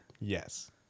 Yes